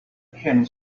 can